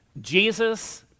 Jesus